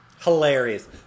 Hilarious